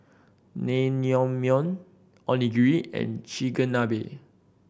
Naengmyeon Onigiri and Chigenabe